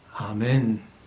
Amen